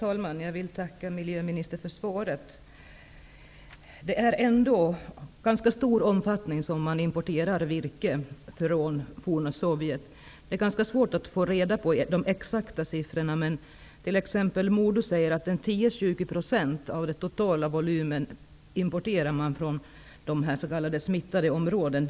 Herr talman! Jag tackar miljöministern för svaret. Det importeras virke i ganska stor omfattning från det forna Sovjet. De exakta mängderna som det rör sig om är det svårt att få reda på. Men inom exempelvis Modo säger man att ca 10--20 % av den totala importerade volymen kommer från de s.k. smittade områdena.